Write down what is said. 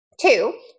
Two